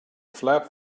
flap